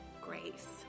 grace